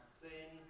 sin